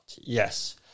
yes